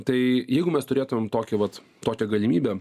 tai jeigu mes turėtumėm tokį vat tokią galimybę